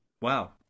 Wow